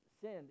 sinned